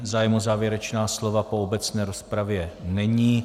Zájem o závěrečná slova po obecné rozpravě není.